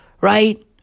right